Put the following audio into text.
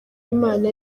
imana